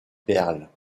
perles